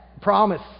Promise